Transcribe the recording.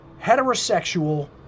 heterosexual